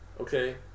Okay